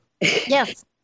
yes